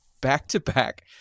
back-to-back